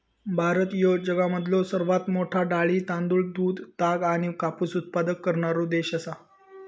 भारत ह्यो जगामधलो सर्वात मोठा डाळी, तांदूळ, दूध, ताग आणि कापूस उत्पादक करणारो देश आसा